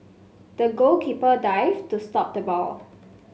the goalkeeper dived to stop the ball